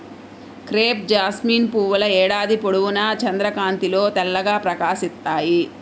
crepe jasmine పువ్వుల ఏడాది పొడవునా చంద్రకాంతిలో తెల్లగా ప్రకాశిస్తాయి